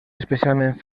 especialment